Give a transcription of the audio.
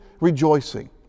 rejoicing